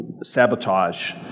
sabotage